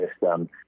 system